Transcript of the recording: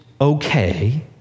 okay